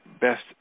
best